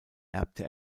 erbte